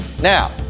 Now